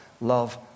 love